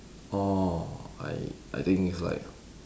orh I I think it's like